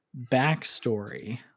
backstory